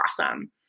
awesome